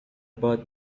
باد